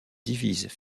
divisent